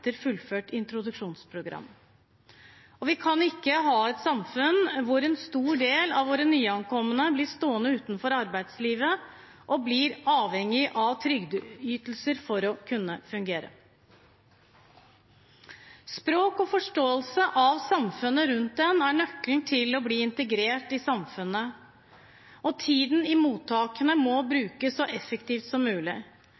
fullført introduksjonsprogram. Vi kan ikke ha et samfunn hvor en stor del av våre nyankomne blir stående utenfor arbeidslivet og blir avhengig av trygdeytelser for å kunne fungere. Språk og forståelse av samfunnet rundt en er nøkkelen til å bli integrert i samfunnet, og tiden i mottakene må